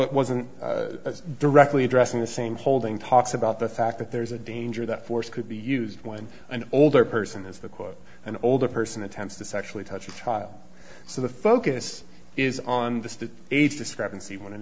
it wasn't directly addressing the same holding talks about the fact that there is a danger that force could be used when an older person is the quote an older person attempts to sexually touch your child so the focus is on the age discrepancy when an